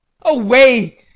away